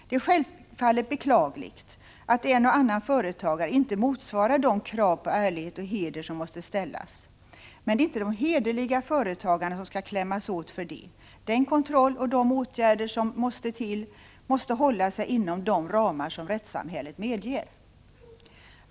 Det är självfallet beklagligt att en och annan företagare inte motsvarar de krav på ärlighet och heder som måste ställas, men det är inte de hederliga företagarna som skall klämmas åt för det. Den kontroll och de åtgärder som krävs måste hålla sig inom de ramar som rättssamhället medger.